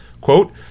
quote